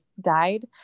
died